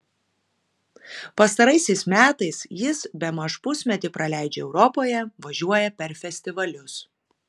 pastaraisiais metais jis bemaž pusmetį praleidžia europoje važiuoja per festivalius